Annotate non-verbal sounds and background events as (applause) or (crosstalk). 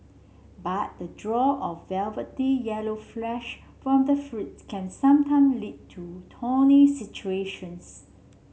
but the draw of velvety yellow flesh from the fruits can sometime lead to (unintelligible) situations